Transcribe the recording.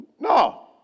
No